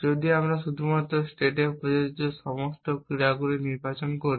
যদি আমরা শুধুমাত্র স্টেটে প্রযোজ্য সমস্ত ক্রিয়াগুলি নির্বাচন করি